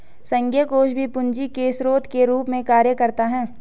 संघीय कोष भी पूंजी के स्रोत के रूप में कार्य करता है